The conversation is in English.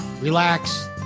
relax